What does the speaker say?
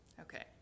Okay